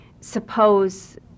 Suppose